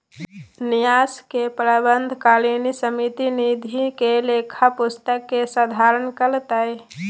न्यास के प्रबंधकारिणी समिति निधि के लेखा पुस्तिक के संधारण करतय